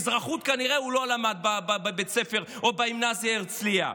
אזרחות כנראה הוא לא למד בבית הספר או בגימנסיה הרצליה,